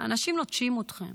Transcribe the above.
אני אומרת לכם, אנשים נוטשים אתכם